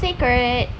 just I could